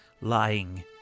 lying